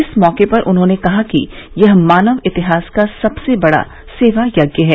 इस मौके पर उन्होंने कहा कि यह मानव इतिहास का सबसे बड़ा सेवा यज्ञ है